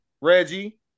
Reggie